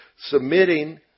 submitting